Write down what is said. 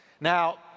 Now